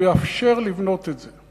הוא יאפשר לבנות את זה.